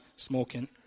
smoking